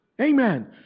Amen